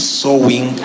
sowing